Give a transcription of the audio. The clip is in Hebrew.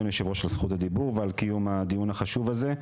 אדוני היושב-ראש על זכות הדיבור ועל קיום הדיון החשוב הזה.